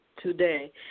today